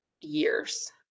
years